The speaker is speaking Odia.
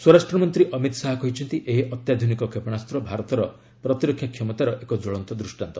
ସ୍ୱରାଷ୍ଟ୍ର ମନ୍ତ୍ରୀ ଅମିତ୍ ଶାହା କହିଛନ୍ତି ଏହି ଅତ୍ୟାଧୁନିକ କ୍ଷେପଣାସ୍ତ ଭାରତର ପ୍ରତିରକ୍ଷା କ୍ଷମତାର ଏକ ଜ୍ୱଳନ୍ତ ଦୂଷ୍ଟାନ୍ତ